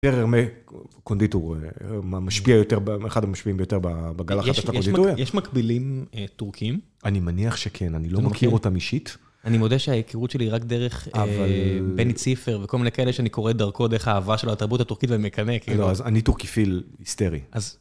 קונדיטור משפיע יותר, אחד המשפיעים ביותר בקלחת הקונדיטורית. יש מקבילים טורקים? אני מניח שכן, אני לא מכיר אותם אישית. אני מודה שההיכרות שלי היא רק דרך בני ציפר וכל מיני כאלה שאני קורא את דרכו, דרך האהבה שלו לתרבות הטורקית ומקנא כאילו. לא, אז אני טורקיפיל היסטרי.